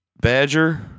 Badger